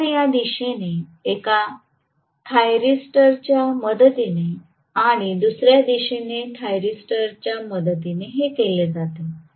तर या दिशेने एका थायरिस्टरच्या मदतीने आणि दुसर्या दिशेने थायरिस्टरच्या मदतीने हे केले जाते